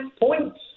points